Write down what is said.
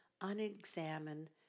unexamined